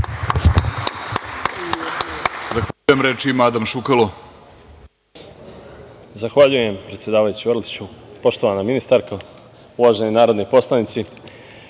Zahvaljujem. Reč ima Adam Šukalo.